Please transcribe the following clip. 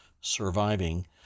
surviving